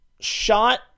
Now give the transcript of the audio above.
shot